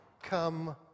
come